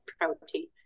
protein